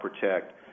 protect